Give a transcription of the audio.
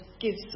gives